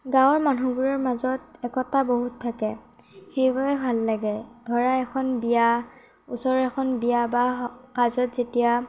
গাঁৱৰ মানুহবোৰৰ মাজত একতা বহুত থাকে সেইবাবে ভাল লাগে ধৰা এখন বিয়া ওচৰৰে এখন বিয়া বা কাজত যেতিয়া